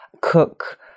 cook